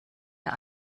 der